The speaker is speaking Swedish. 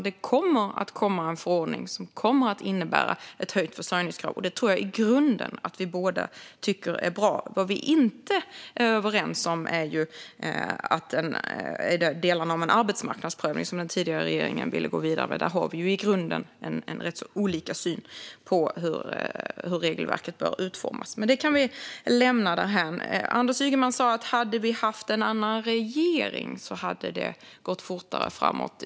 Det kommer en förordning som kommer att innebära ett höjt försörjningskrav. Det tror jag i grunden att vi båda tycker är bra. Vad vi inte är överens om är delarna med en arbetsmarknadsprövning som den tidigare regeringen ville gå vidare med. Där har vi i grunden rätt olika syn på hur regelverket bör utformas. Men det kan vi lämna därhän. Anders Ygeman sa: Om vi haft en annan regering hade det gått fortare framåt.